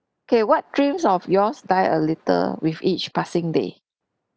okay what dreams of yours die a little with each passing day